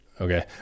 okay